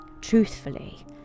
truthfully